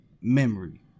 memory